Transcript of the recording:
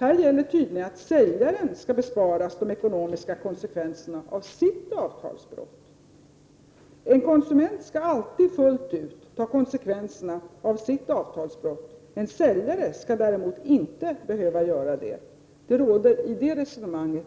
Här gäller tydligen att säljaren skall besparas de ekonomiska konsekvenserna av sitt avtalsbrott. En konsument skall alltid fullt ut ta konsekvensen av sitt avtalsbrott; en säljare skall däremot inte behöva göra det. Det råder